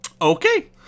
Okay